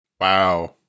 Wow